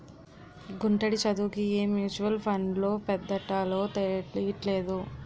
గుంటడి చదువుకి ఏ మ్యూచువల్ ఫండ్లో పద్దెట్టాలో తెలీట్లేదు